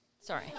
Sorry